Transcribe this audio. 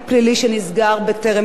והם התגייסו לצה"ל,